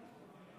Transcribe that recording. אין.